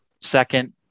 second